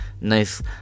nice